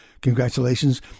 Congratulations